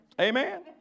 Amen